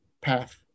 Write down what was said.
path